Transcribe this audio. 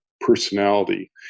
personality